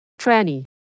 Tranny